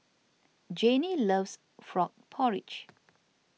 Janie loves Frog Porridge